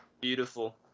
beautiful